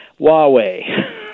Huawei